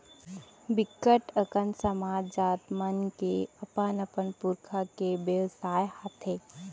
बिकट अकन समाज, जात मन के अपन अपन पुरखा के बेवसाय हाथे